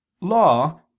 law